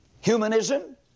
humanism